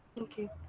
Okay